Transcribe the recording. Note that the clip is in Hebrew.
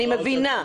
אני מבינה.